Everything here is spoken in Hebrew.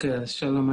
שלום.